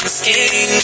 skin